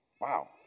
Wow